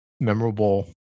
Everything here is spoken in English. memorable